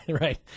right